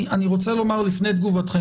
אני רוצה לומר לפני תגובתכם